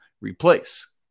replace